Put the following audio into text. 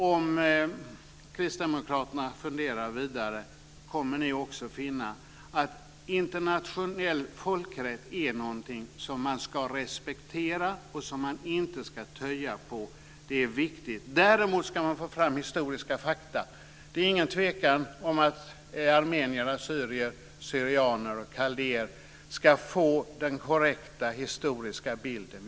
Om Kristdemokraterna funderar vidare tror jag att ni också kommer att finna att internationell folkrätt är någonting som man ska respektera och inte töja på. Det är viktigt. Däremot ska man få fram historiska fakta. Det är ingen tvekan om att armenier, assyrier/syrianer och kaldéer ska få den korrekta historiska bilden.